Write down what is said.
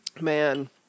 man